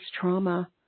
trauma